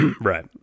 right